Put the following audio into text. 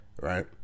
Right